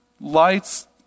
lights